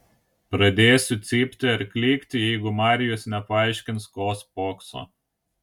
pradėsiu cypti ar klykti jeigu marijus nepaaiškins ko spokso